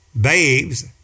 babes